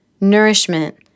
nourishment